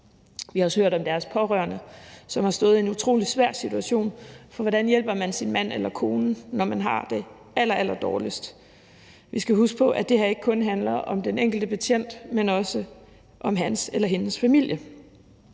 Vi har også hørt om deres pårørende, som har stået i en utrolig svær situation, for hvordan hjælper man sin mand eller kone, når man har det allerallerdårligst? Vi skal huske på, at det her ikke kun handler om den enkelte betjent, men også om hans eller hendes familie.